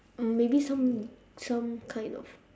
maybe some some kind of